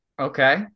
Okay